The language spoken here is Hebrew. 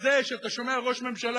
הזה שאתה שומע ראש ממשלה,